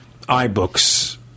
iBooks